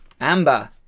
Amber